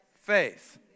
faith